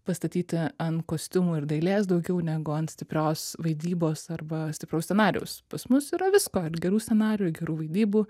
pastatyti ant kostiumų ir dailės daugiau negu ant stiprios vaidybos arba stipraus scenarijaus pas mus yra visko ir gerų scenarijų gerų vaidybų